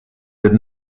did